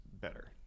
better